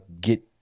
get